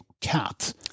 cat